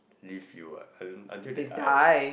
leave you ah un~ until they die